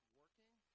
working